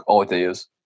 ideas